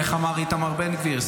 איך אמר איתמר בן גביר?